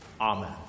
Amen